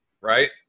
right